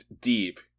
Deep